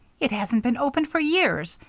it hasn't been opened for years.